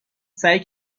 سعی